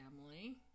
family